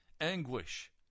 anguish